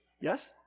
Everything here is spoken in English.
Yes